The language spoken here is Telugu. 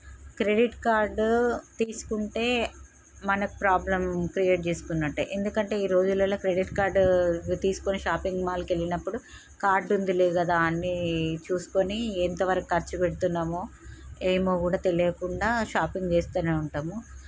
క్రెడిట్ కార్డ్ తీసుకుంటే మనక్ ప్రాబ్లం క్రియేట్ చేసుకున్నట్టే ఎందుకంటే ఈ రోజులలో క్రెడిట్ కార్డ్ తీసుకోని షాపింగ్మాల్కి వెళ్ళినప్పుడు కార్డ్ ఉందిలే కదా అని చూసుకోని ఎంత వరకు ఖర్చు పెడుతున్నామో ఏమో గూడా తెలియకుండా షాపింగ్ చేస్తనే ఉంటాము